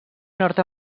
nord